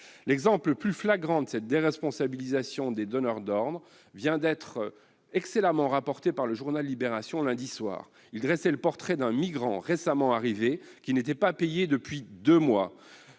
L'exemple le plus flagrant de cette déresponsabilisation des donneurs d'ordre était excellemment rapporté par le journal lundi soir. L'article dressait le portrait d'un migrant récemment arrivé qui n'était pas payé depuis deux mois.